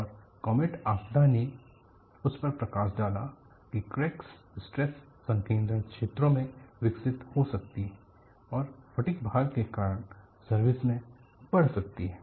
और कॉमेट आपदा ने उस पर प्रकाश डाला कि क्रैकस स्ट्रेस संकेद्रण क्षेत्रों में विकसित हो सकती हैं और फटिग भार के कारण सर्विस में बढ़ सकती हैं